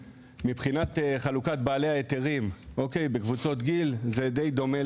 מבחינת חלוקת בעלי ההיתרים בקבוצות גיל זה די דומה